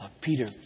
Peter